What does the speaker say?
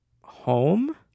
home